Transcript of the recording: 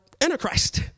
antichrist